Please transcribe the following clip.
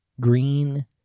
green